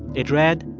it read,